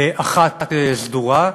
אחת סדורה,